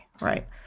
right